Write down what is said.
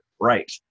right